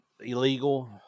illegal